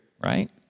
right